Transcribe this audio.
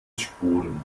sporen